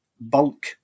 bulk